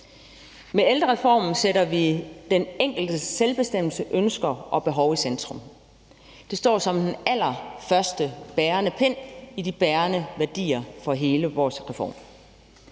Med ældrereformen sætter vi den enkeltes selvbestemmelse, ønsker og behov i centrum. Det står som den allerførste bærende pind i de bærende værdier for hele vores reform.